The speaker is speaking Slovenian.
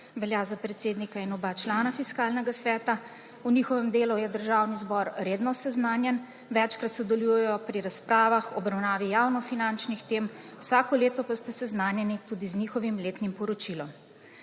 velja za predsednika in oba člana Fiskalnega sveta, o njihovem delu je Državni zbor redno seznanjen, večkrat sodelujejo pri razpravah, obravnavi javnofinančnih tem, vsako leto pa ste seznanjeni tudi z njihovim letnim poročilom.